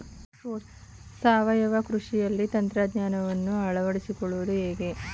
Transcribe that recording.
ಸಾವಯವ ಕೃಷಿಯಲ್ಲಿ ತಂತ್ರಜ್ಞಾನವನ್ನು ಅಳವಡಿಸಿಕೊಳ್ಳುವುದು ಹೇಗೆ?